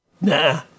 Nah